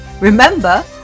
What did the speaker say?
Remember